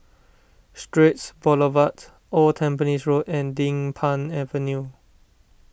Straits Boulevard Old Tampines Road and Din Pang Avenue